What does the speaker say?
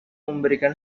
memberikan